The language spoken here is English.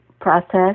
process